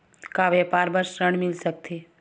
का व्यापार बर ऋण मिल सकथे?